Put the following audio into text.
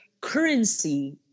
currency